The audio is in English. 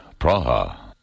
Praha